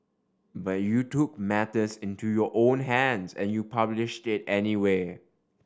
but you took matters into your own hands and you published it anyway